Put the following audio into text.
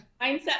Mindset